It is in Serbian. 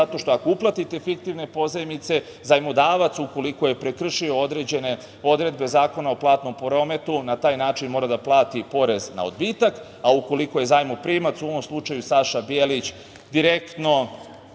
zato što ako uplatite fiktivne pozajmice, zajmodavac ukoliko je prekršio određene odredbe Zakona o platnom prometu, na taj način mora da plati porez na odbitak, a ukoliko je zajmoprimac, u ovom slučaju Saša Bijelić, direktno